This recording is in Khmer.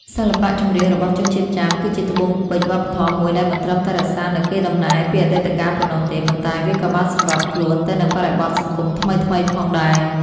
សិល្បៈចម្រៀងរបស់ជនជាតិចាមគឺជាត្បូងពេជ្រវប្បធម៌មួយដែលមិនត្រឹមតែរក្សានូវកេរដំណែលពីអតីតកាលប៉ុណ្ណោះទេ ប៉ុន្តែវាក៏បានសម្របខ្លួនទៅនឹងបរិបទសង្គមថ្មីៗផងដែរ។